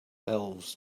elves